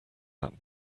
that